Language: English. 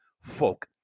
folk